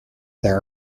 there